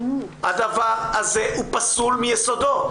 הדבר הזה הוא פסול מיסודו.